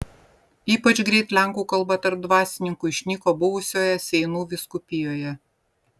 ypač greit lenkų kalba tarp dvasininkų išnyko buvusioje seinų vyskupijoje